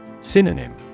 Synonym